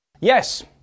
Yes